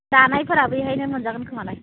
जानायफोरा बैहायनो मोनजागोन खोमा ना